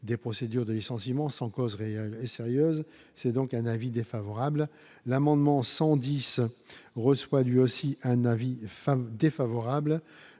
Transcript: des procédures de licenciement sans cause réelle et sérieuse, c'est donc un avis défavorable à l'amendement 110 reçoit lui aussi un avis femmes défavorable